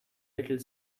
little